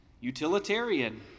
utilitarian